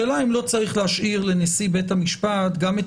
השאלה אם לא צריך להשאיר לנשיא בית המשפט גם את